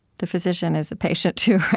the physician is a patient, too, right?